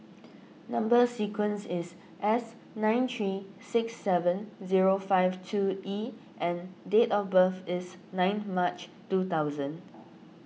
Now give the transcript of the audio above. Number Sequence is S nine three six seven zero five two E and date of birth is nine March two thousand